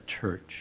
church